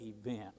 event